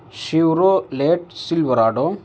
Chevrolet Silverado